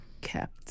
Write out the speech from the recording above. kept